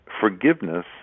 Forgiveness